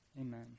amen